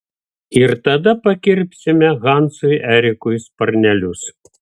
ir tada pakirpsime hansui erikui sparnelius